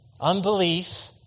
Unbelief